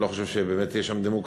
אני לא חושב שבאמת יש שם דמוקרטיה,